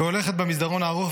/ והולכת במסדרון הארוך,